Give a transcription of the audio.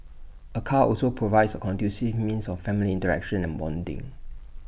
A car also provides A conducive means of family interaction and bonding